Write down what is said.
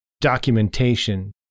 documentation